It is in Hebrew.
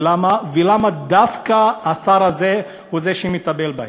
ולמה דווקא השר הזה הוא זה שמטפל בהם.